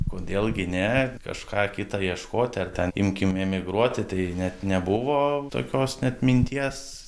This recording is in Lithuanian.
kodėl gi ne kažką kita ieškoti ar ten imkim emigruoti tai net nebuvo tokios net minties